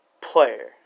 player